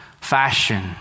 fashion